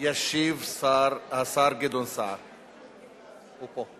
ישיב השר גדעון סער, הוא פה.